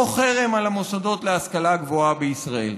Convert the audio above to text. חרם על המוסדות להשכלה גבוהה בישראל.